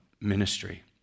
ministry